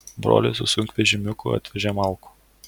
brolis su sunkvežimiuku atvežė malkų